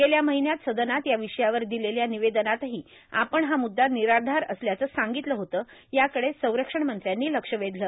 गेल्या र्माहन्यात सदनात या र्वषयावर र्दिलेल्या र्मिवेदनातही आपण हा मुद्दा र्गनराधार असल्याचं सांगगतलं होतं याकडे संरक्षण मंत्र्यांनी लक्ष वेधलं